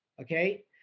Okay